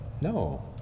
No